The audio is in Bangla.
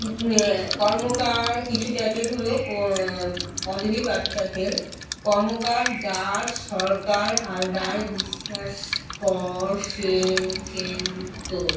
কর্মকার কিছু টাইটেল হলো পদবী বা টাইটেল কর্মকার দাস সরকার হালদার বিশ্বাস কর সেন সেনগুপ্ত